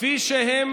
כפי שהם